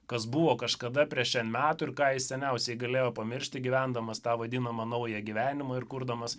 kas buvo kažkada prieš en metų ir ką jis seniausiai galėjo pamiršti gyvendamas tą vadinamą naują gyvenimą ir kurdamas